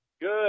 Good